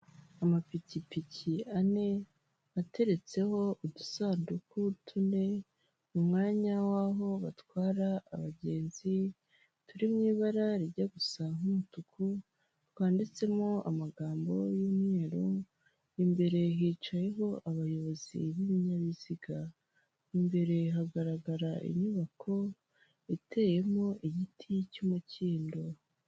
Amapikipiki ane ateretseho udusanduku tune mu mwanya w'aho batwara abagenzi turi mu ibara rijya gusa nk'umutuku twanditsemo amagambo y'umweru, imbere hicayeho abayobozi b'ibinyabiziga, imbere hagaragara inyubako iteyemo igiti cy'umukindo.